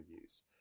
use